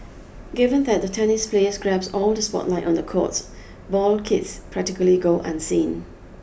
given that the tennis players grabs all the spotlight on the courts ball kids practically go unseen